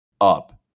up